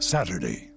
Saturday